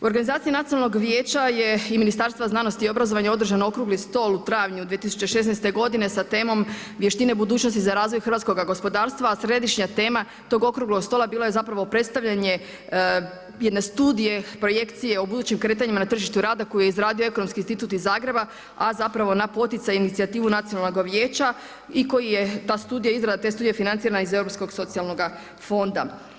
U organizaciji nacionalnog vijeća je i Ministarstva znanosti i obrazovanja održan okrugli stol u travnju 2016. godine, sa temom Vještine budućnosti za razvoj hrvatskog gospodarstva a središnja tema tog okruglog stola bila je zapravo predstavljanje jedne studije, projekcije u budućim kretanjima na tržištu rada koje je izradio Ekonomski institut iz Zagreba a zapravo na poticaj inicijative Nacionalnog vijeća i koji je ta studija izrade te studije financirana iz Europskog socijalnog fonda.